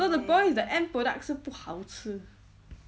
no the point is the end product 是不好吃